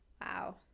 Wow